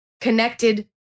connected